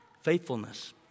faithfulness